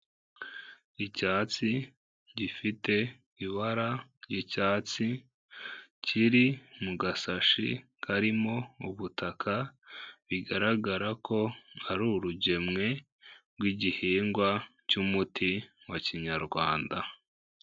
Icyatsi gifite ibara ry'icyatsi kiri mu gashashi karimo ubutaka bigaragara ko ari urugemwe rw'igihingwa cy'umuti wa Kinyarwanda.